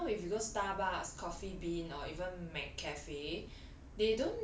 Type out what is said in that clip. err you know if you go Starbucks Coffee Bean or even McCafe